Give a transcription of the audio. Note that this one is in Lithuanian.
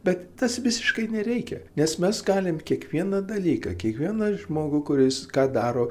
bet tas visiškai nereikia nes mes galim kiekvieną dalyką kiekvieną žmogų kuris ką daro